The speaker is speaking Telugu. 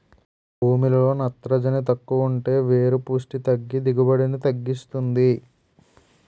భూమిలో నత్రజని తక్కువుంటే వేరు పుస్టి తగ్గి దిగుబడిని తగ్గిస్తుంది